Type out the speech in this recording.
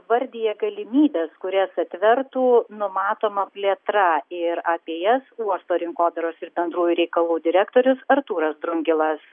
vardija galimybes kurias atvertų numatoma plėtra ir apie jas uosto rinkodaros ir bendrųjų reikalų direktorius artūras drungilas